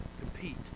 compete